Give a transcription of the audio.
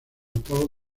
octavos